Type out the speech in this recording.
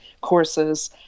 courses